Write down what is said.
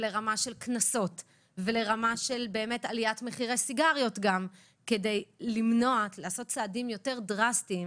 קנסות ועליית מחירי סיגריות כדי לעשות צעדים יותר דרסטיים